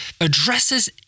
addresses